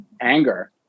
anger